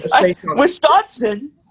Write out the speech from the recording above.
Wisconsin